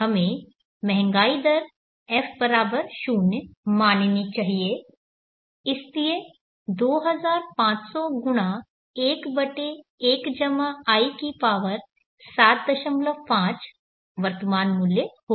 हमें महंगाई दर f 0 माननी चाहिए इसलिए 2500 गुणा 1 बटे 1i की पावर 75 वर्तमान मूल्य होगा